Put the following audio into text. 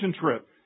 trip